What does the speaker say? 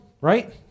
right